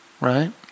right